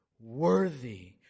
Worthy